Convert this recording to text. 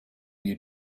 you